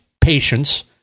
patience